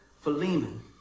Philemon